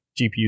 GPUs